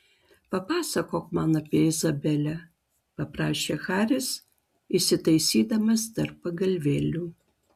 papasakok man apie izabelę paprašė haris įsitaisydamas tarp pagalvėlių